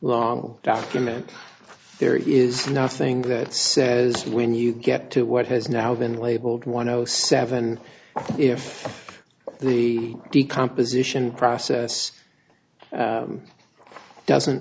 long document there is nothing that says when you get to what has now been labeled one o seven if the decomposition process doesn't